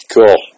Cool